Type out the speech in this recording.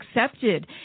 accepted